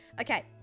Okay